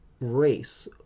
race